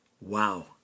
Wow